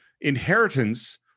inheritance